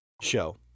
show